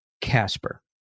Casper